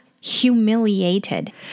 humiliated